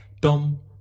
dum